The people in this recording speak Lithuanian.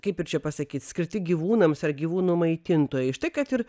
kaip ir čia pasakyt skirti gyvūnams ar gyvūnų maitintojai štai kad ir